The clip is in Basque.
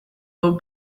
dut